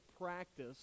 practice